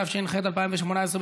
התשע"ח 2018,